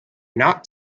not